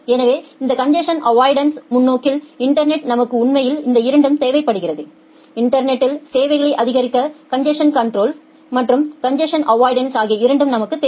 எனவே இந்த congestion avoidance முன்னோக்கில் இன்டர்நெட்டில் நமக்கு உண்மையில் இந்த இரண்டும் தேவைப்படுகிறது இன்டர்நெட்டில்சேவைகளை ஆதரிக்க காங்கேசஷன் கன்ட்ரோல் மற்றும் கன்ஜசன் அவ்வாய்டன்ஸ் ஆகிய இரண்டும் நமக்குத் தேவை